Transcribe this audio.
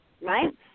right